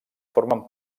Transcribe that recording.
formen